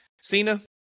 Cena